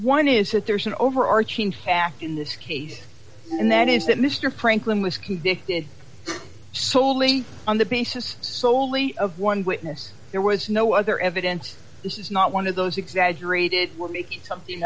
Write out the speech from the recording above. one is that there's an overarching fact in this case and that is that mr prank lynn was convicted solely on the basis solely of one witness there was no other evidence this is not one of those exaggerated we're making something